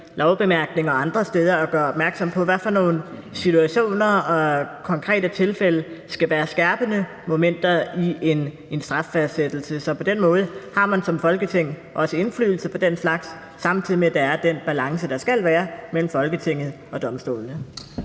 lovbemærkninger og andre steder at gøre opmærksom på, hvad for nogle situationer og konkrete tilfælde der skal være skærpende momenter i en straffastsættelse. Så på den måde har man som Folketing også indflydelse på den slags, samtidig med at der er den balance, der skal være, mellem Folketinget og domstolene.